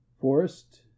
Forest